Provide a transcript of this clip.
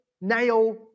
nail